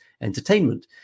Entertainment